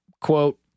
quote